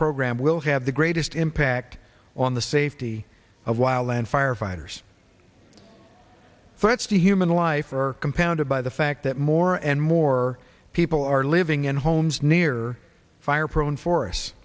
program will have the greatest impact on the safety of wild land firefighters threats to human life are compounded by the fact that more and more people are living in homes near fire prone forests